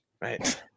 right